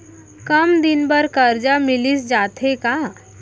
कम दिन बर करजा मिलिस जाथे का?